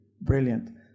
brilliant